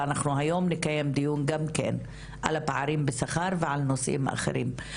ואנחנו היום נקיים דיון גם כן על הפערים בשכר ועל נושאים אחרים.